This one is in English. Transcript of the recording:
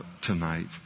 tonight